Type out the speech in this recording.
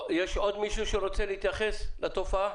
יש עוד מישהו שרוצה להתייחס לתופעה?